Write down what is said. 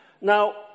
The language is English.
Now